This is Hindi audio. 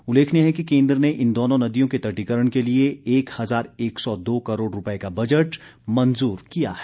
उल्लेखनीय है कि केन्द्र ने इन दोनों नदियों के तटीकरण के लिए एक हज़ार एक सौ दो करोड़ रूपये का बजट मंजूर किया है